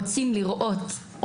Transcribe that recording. רוצים לראות,